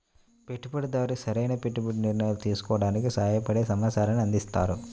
పెట్టుబడిదారు సరైన పెట్టుబడి నిర్ణయాలు తీసుకోవడానికి సహాయపడే సమాచారాన్ని అందిస్తారు